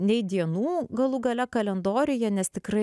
nei dienų galų gale kalendoriuje nes tikrai